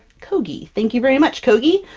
kogi! thank you very much kogi!